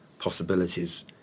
possibilities